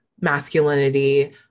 masculinity